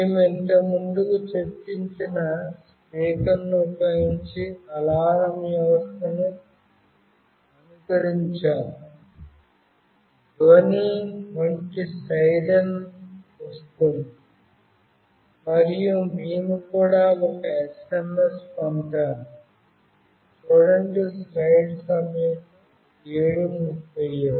మేము ఇంతకుముందు చర్చించిన స్పీకర్ను ఉపయోగించి అలారం వ్యవస్థను అనుకరించాము ధ్వని వంటి సైరన్ వస్తుంది మరియు మేము కూడా ఒక SMS పంపాము